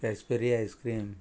raspberry icecream